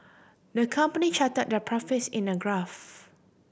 the company charted their profits in a graph